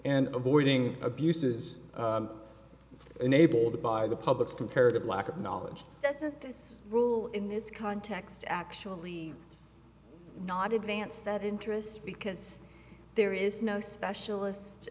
and avoiding abuses enabled by the public's comparative lack of knowledge that's a rule in this context actually not advance that interest because there is no specialist